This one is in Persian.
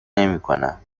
نمیکنم